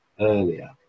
earlier